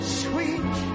sweet